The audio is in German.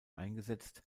eingesetzt